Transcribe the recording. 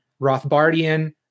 Rothbardian